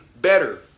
better